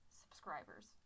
subscribers